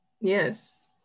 Yes